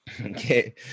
Okay